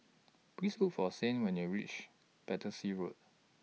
Please Look For Saint when you're REACH Battersea Road